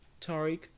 Tariq